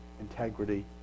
integrity